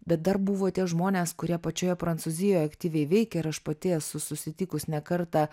bet dar buvo tie žmonės kurie pačioje prancūzijoje aktyviai veikė ir aš pati esu susitikus ne kartą